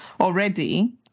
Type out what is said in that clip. already